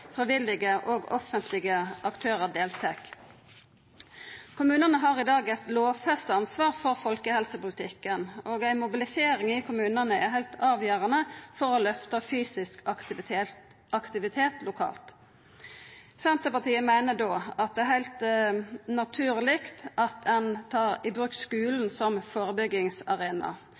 frivillige og offentlege aktørar deltar. Kommunane har i dag eit lovfesta ansvar for folkehelsepolitikken, og ei mobilisering i kommunane er heilt avgjerande for å løfta fysisk aktivitet lokalt. Senterpartiet meiner då at det er heilt naturleg at ein tar i bruk skulen som førebyggingsarena.